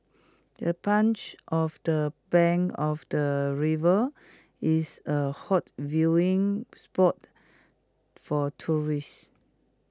the bench of the bank of the river is A hot viewing spot for tourists